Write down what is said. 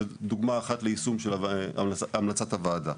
וזאת דוגמה אחת ליישום של המלצות הוועדה.